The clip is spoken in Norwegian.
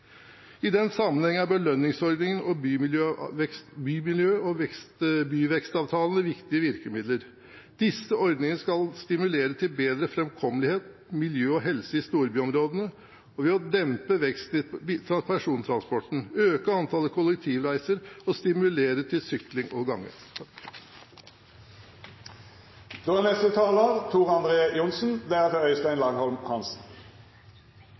I den sammenhengen er belønningsordningen og bymiljø- og byvekstavtalene viktige virkemidler. Disse ordningene skal stimulere til bedre framkommelighet, miljø og helse i storbyområdene ved å dempe veksten i personbiltransporten, øke antallet kollektivreiser og stimulere til sykling og gange.